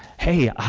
hey,